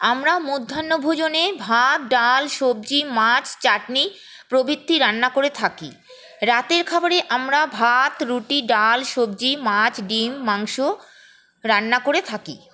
আমরা মধ্যাহ্নভোজনে ভাত ডাল সবজি মাছ চাটনি প্রভৃতি রান্না করে থাকি রাতের খাবারে আমরা ভাত রুটি ডাল সবজি মাছ ডিম মাংস রান্না করে থাকি